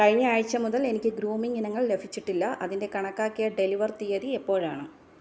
കഴിഞ്ഞയാഴ്ച മുതൽ എനിക്ക് ഗ്രൂമിംഗ് ഇനങ്ങൾ ലഭിച്ചിട്ടില്ല അതിൻ്റെ കണക്കാക്കിയ ഡെലിവർ തീയതി എപ്പോഴാണ്